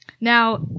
Now